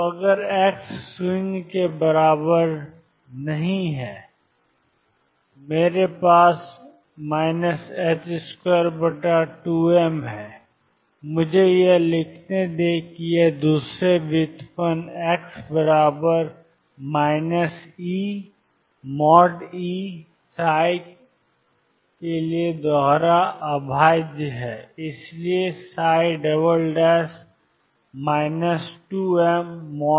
तो x ≠0 के लिए मेरे पास 22m है मुझे यह लिखने दें कि यह दूसरे व्युत्पन्न x बराबर E के लिए दोहरा अभाज्य है और इसलिए 2mE2ψ0